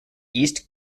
east